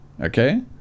okay